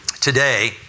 today